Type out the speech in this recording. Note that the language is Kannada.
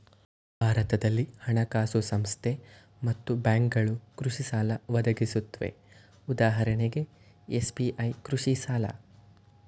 ಭಾರತದಲ್ಲಿ ಹಣಕಾಸು ಸಂಸ್ಥೆ ಮತ್ತು ಬ್ಯಾಂಕ್ಗಳು ಕೃಷಿಸಾಲ ಒದಗಿಸುತ್ವೆ ಉದಾಹರಣೆಗೆ ಎಸ್.ಬಿ.ಐ ಕೃಷಿಸಾಲ